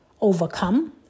overcome